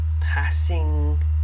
passing